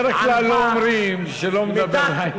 בדרך כלל לא אומרים שלא מדבר, האמת.